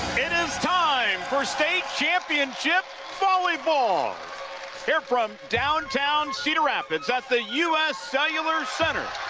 it is time for state championship volleyball here from downtown cedar rapids at the u s. cellular center,